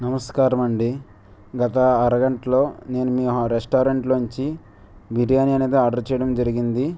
నమస్కారం అండి గత అరగంటలో నేను మీ ఆ రెస్టారెంట్లో నుంచి బిర్యానీ అనేది ఆర్డర్ చేయడం జరిగింది